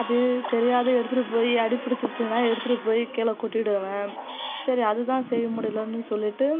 அது தெரியாம எடுத்துகிட்டு போய் அடி புடிச்சிடுச்சிங்கனா எடுத்துகிட்டு போய் கீழே கொட்டிடுவேன் சரி அது தான் செய்ய முடியலன்னு சொல்லிட்டு